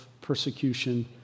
persecution